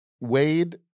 Wade